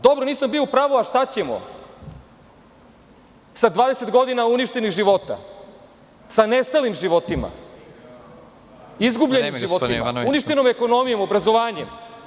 Dobro nisam bio u pravu, šta ćemo sa 20 godina uništenih života, sa nestalim životima, izgubljenim životima, uništenom ekonomijom, obrazovanjem.